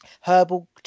herbal